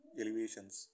elevations